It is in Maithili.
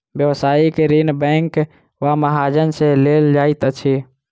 व्यवसायिक ऋण बैंक वा महाजन सॅ लेल जाइत अछि